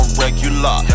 regular